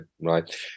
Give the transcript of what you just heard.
right